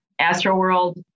Astroworld